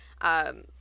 um-